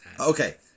Okay